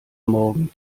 morgen